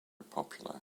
popular